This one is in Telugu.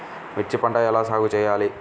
మిర్చి పంట ఎలా సాగు చేయాలి?